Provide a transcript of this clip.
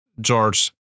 George